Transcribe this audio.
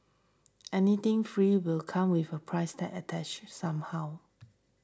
anything free will come with a price tag attached somehow